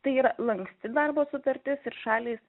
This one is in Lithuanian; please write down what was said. tai yra lanksti darbo sutartis ir šalys